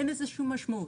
אין לזה שום משמעות.